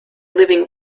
living